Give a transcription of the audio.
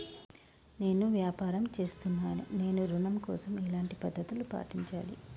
నేను వ్యాపారం చేస్తున్నాను నేను ఋణం కోసం ఎలాంటి పద్దతులు పాటించాలి?